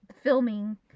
filming